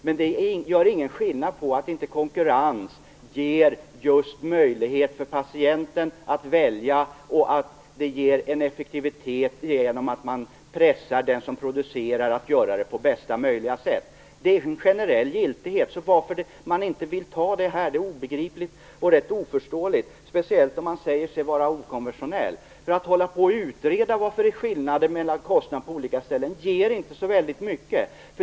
Men den skillnaden betyder inte att konkurrens inte ger patienten möjlighet att välja, och det ger en effektivitet genom att man pressar den som producerar att göra det på bästa möjliga sätt. Det äger generell giltighet. Varför man inte vill ha det här är obegripligt och rätt oförståeligt, speciellt om man säger sig vara okonventionell. Att hålla på att utreda varför det är skillnader mellan kostnader på olika ställen ger inte så väldigt mycket.